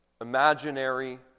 imaginary